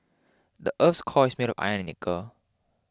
the earth's core is made of iron and nickel